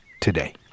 today